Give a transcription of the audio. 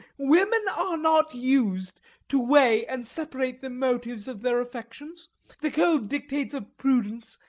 women are not used to weigh and separate the motives of their affections the cold dictates of prudence,